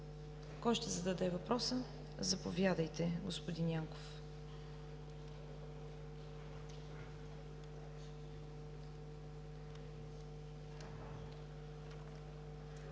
Кой ще зададе въпроса? Заповядайте, господин Янков.